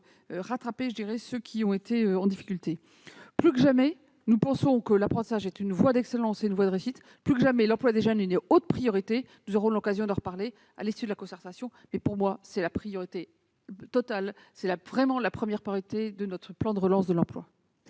rattraper » ceux qui ont été en difficulté. Plus que jamais, nous pensons que l'apprentissage est une voie d'excellence, une voie de réussite ; plus que jamais, l'emploi des jeunes est pour nous une haute priorité. Nous aurons l'occasion d'y revenir à l'issue de la concertation en cours, mais ne doutez pas que, pour moi, c'est la première priorité de notre plan de relance de l'emploi